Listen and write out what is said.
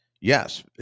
yes